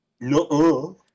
No